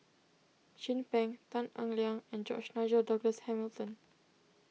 Chin Peng Tan Eng Liang and George Nigel Douglas Hamilton